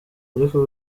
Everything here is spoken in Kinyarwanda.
ariko